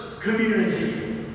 community